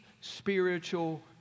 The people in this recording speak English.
spiritual